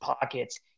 pockets